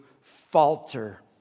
falter